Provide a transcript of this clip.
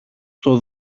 στο